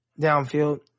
downfield